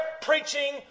preaching